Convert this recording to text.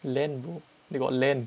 land bro they got land